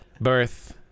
birth